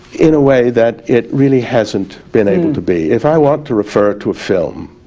in a way that it really hasn't been able to be. if i want to refer to a film